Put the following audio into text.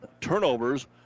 turnovers